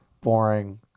Boring